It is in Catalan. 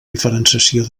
diferenciació